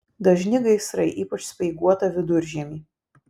dažni gaisrai ypač speiguotą viduržiemį